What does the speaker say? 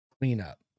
cleanup